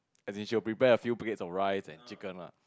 as in she will prepare a few plates of rice and chicken lah